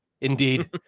indeed